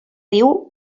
riu